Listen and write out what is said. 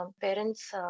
parents